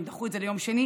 הם דחו את זה ליום שני.